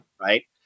right